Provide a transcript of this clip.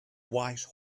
white